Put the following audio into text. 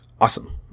awesome